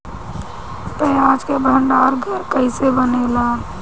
प्याज के भंडार घर कईसे बनेला?